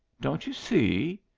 don't you see?